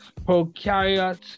Prokaryotes